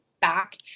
back